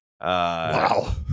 Wow